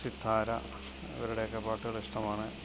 സിത്താര ഇവരുടെയൊക്കെ പാട്ടുകള് ഇഷ്ടമാണ്